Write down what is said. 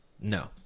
no